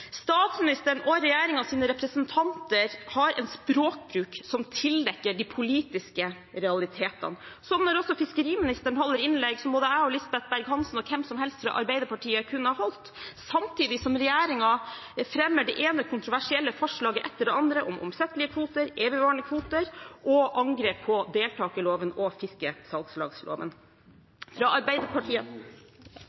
Statsministeren og regjeringens representanter har en språkbruk som tildekker de politiske realitetene, som når også fiskeriministeren holder innlegg som både jeg og Lisbeth Berg-Hansen og hvem som helst fra Arbeiderpartiet kunne ha holdt, samtidig som regjeringen fremmer det ene kontroversielle forslaget etter det andre om omsettelige kvoter, evigvarende kvoter og angrep på deltakerloven og fiskesalgslagsloven.